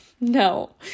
No